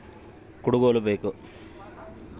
ಕಬ್ಬು ಕಟಾವು ಮಾಡೋಕೆ ಯಾವ ಉಪಕರಣ ಬೇಕಾಗಬಹುದು?